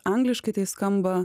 angliškai tai skamba